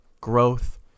growth